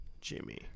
Jimmy